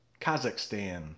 Kazakhstan